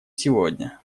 сегодня